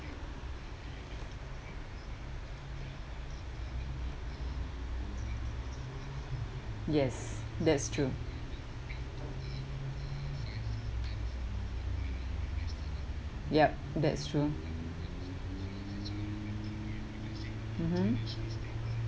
yes that's true yup that's true mmhmm